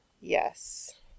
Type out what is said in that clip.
Yes